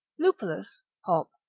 lupulus, hop,